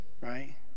right